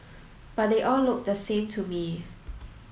but they all looked the same to me